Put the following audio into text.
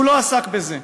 והוא לא עסק בזה.